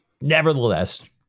Nevertheless